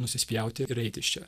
nusispjauti ir eiti iš čia